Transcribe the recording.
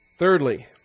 Thirdly